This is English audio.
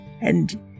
and